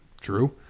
True